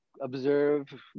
observe